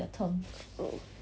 oh